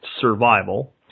survival